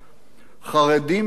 חרדים מהאפשרות